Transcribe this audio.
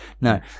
No